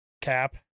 cap